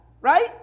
right